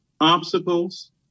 obstacles